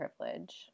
privilege